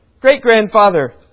great-grandfather